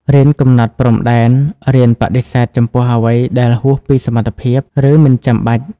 រៀនកំណត់ព្រំដែន រៀនបដិសេធចំពោះអ្វីដែលហួសពីសមត្ថភាព ឬមិនចាំបាច់។